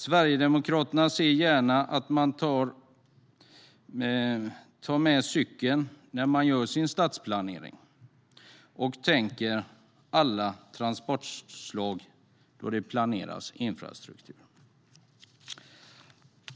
Sverigedemokraterna ser gärna att man tar med cykeln när man gör sin stadsplanering och tänker på alla transportslag då det planeras för infrastruktur.